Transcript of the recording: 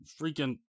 freaking